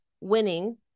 winning